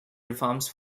reforms